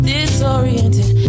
Disoriented